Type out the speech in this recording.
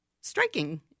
striking